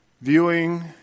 viewing